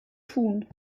tun